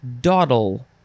dawdle